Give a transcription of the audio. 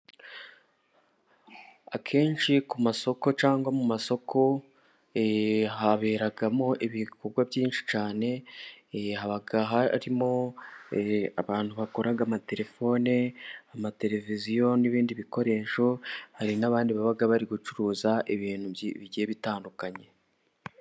Akenshi ku masoko cyangwa mu masoko haberamo ibikorwa byinshi cyane haba harimo abantu bakora amatelefone, amateleviziyo n'ibindi bikoresho hari n'abandi baba bari gucuruza ibintu bigiye bitandukanye.